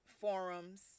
forums